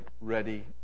ready